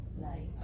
light